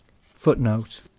Footnote